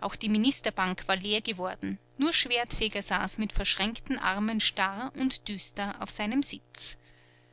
auch die ministerbank war leer geworden nur schwertfeger saß mit verschränkten armen starr und düster auf seinem sitz